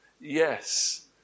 Yes